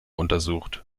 untersucht